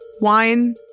wine